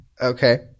Okay